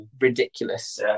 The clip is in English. ridiculous